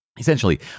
essentially